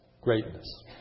greatness